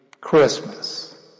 Christmas